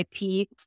IP